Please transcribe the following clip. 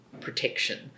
protection